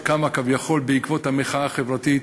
שקמה כביכול בעקבות המחאה החברתית,